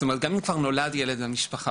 גם אם כבר נולד ילד פגוע במשפחה,